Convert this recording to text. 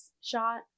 shot